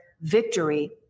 Victory